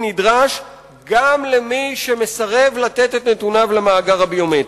נדרש גם למי שמסרב לתת את נתוניו למאגר הביומטרי.